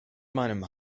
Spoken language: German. meinem